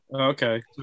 Okay